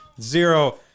Zero